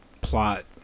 plot